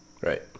Right